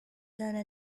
done